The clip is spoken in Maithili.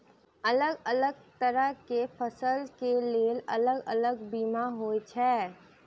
अलग अलग तरह केँ फसल केँ लेल अलग अलग बीमा होइ छै?